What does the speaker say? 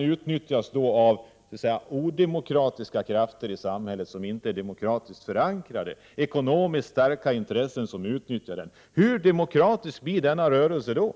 utnyttjas av odemokratiska krafter i samhället, ekonomiskt starka intressen som utnyttjar den, hur demokratisk blir denna rörelse då?